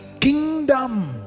kingdom